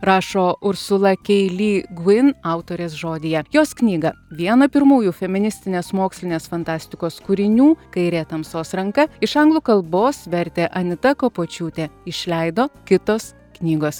rašo ursula kei ly gvin autorės žodyje jos knygą vieną pirmųjų feministinės mokslinės fantastikos kūrinių kairė tamsos ranka iš anglų kalbos vertė anita kapočiūtė išleido kitos knygos